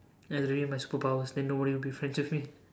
I really need my superpowers then no one will be friends with me